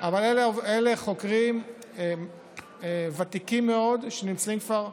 אבל אלה חוקרים ותיקים מאוד, שנמצאים כבר,